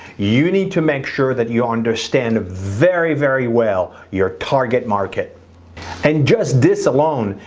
you need to make sure that you understand ah very, very well. your target market and just this alone,